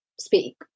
speak